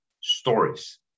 stories